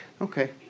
Okay